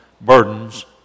burdens